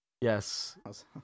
Yes